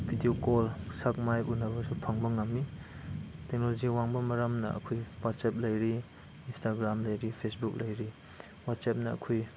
video call ꯁꯛ ꯃꯥꯏ ꯎꯟꯅꯕꯁꯨ ꯐꯪꯕ ꯉꯝꯃꯤ ꯇꯦꯛꯅꯣꯂꯣꯖꯤ ꯋꯥꯡꯕ ꯃꯔꯝꯅ ꯑꯩꯈꯣꯏ ꯋꯥꯆꯦꯞ ꯂꯩꯔꯤ ꯏꯟꯁꯇꯥꯒ꯭ꯔꯥꯝ ꯂꯩꯔꯤ ꯐꯦꯁꯕꯨꯛ ꯂꯩꯔꯤ ꯋꯥꯆꯦꯞꯅ ꯑꯩꯈꯣꯏ